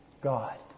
God